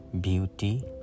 beauty